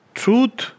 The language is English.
truth